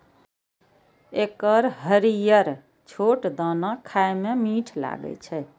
एकर हरियर छोट दाना खाए मे मीठ लागै छै